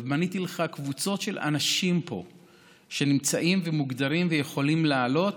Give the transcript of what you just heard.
מניתי פה לפניך קבוצות של אנשים שנמצאים ומוגדרים ויכולים לעלות